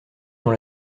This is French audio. dans